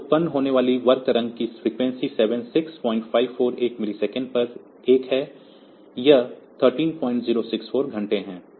तो उत्पन्न होने वाली वर्ग तरंग की फ्रीक्वेंसी 76548 मिलीसेकंड पर 1 है यह 13064 घंटे है